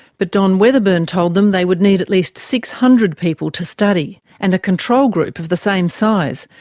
but don weatherburn told them they would need at least six hundred people to study, and a control group of the same size,